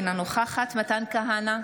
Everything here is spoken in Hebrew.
אינה נוכח מתן כהנא,